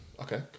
Okay